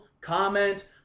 comment